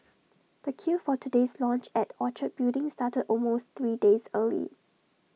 the queue for today's launch at Orchard building started almost three days early